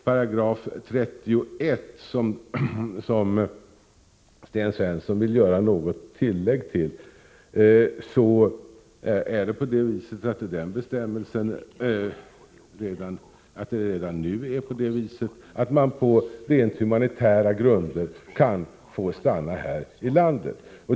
det sig redan nu på det viset att man på rent humanitära grunder kan få stanna här i landet.